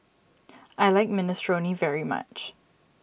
I like Minestrone very much